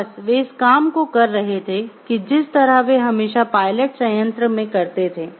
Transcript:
बस वे इस काम को कर रहे थे जिस तरह वे हमेशा पायलट संयंत्र में करते थे